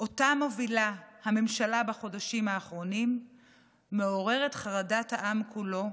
שאותו מובילה הממשלה בחודשים האחרונים מעורר את חרדת העם כולו,